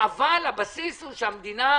הבסיס הוא שהמדינה,